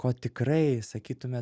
ko tikrai sakytumėt